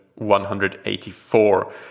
184